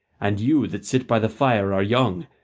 and you that sit by the fire are young,